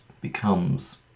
becomes